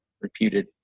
reputed